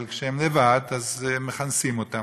אבל כשהן לבד אז מכנסים אותן,